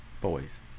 boys